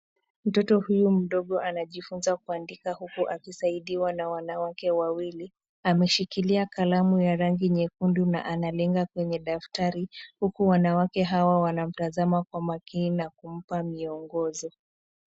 Mtoto huyu mdogo anajifunza kuandika huku akisaidiwa na wanawake wawili. Ameshikilia kalamu ya rangi nyekundu na analenga kwenye daftari, huku wanawake hawa wanamtazama kwa makini na kumpa miongozo.